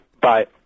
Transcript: bye